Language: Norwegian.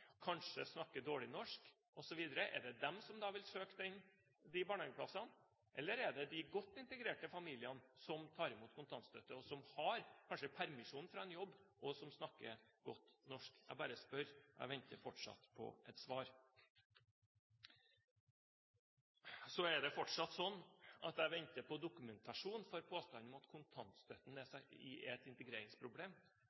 som kanskje snakker dårlig norsk, osv., som da vil søke de barnehageplassene, eller er det de godt integrerte familiene som tar imot kontantstøtte, som kanskje har permisjon fra en jobb, og som snakker godt norsk? Jeg bare spør. Jeg venter fortsatt på et svar. Så venter jeg fortsatt på dokumentasjon for påstanden om at kontantstøtten er et integreringsproblem.